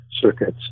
circuits